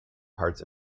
parts